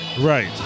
right